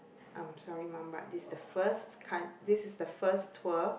I'm sorry mum but this the first coun~ this is the first tour